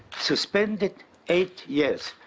suspended eight years.